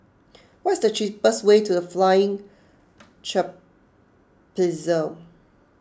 what is the cheapest way to the Flying Trapeze